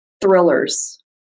thrillers